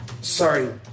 Sorry